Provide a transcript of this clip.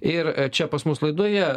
ir čia pas mus laidoje